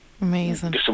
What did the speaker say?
Amazing